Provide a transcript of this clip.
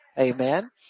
amen